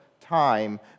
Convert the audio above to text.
time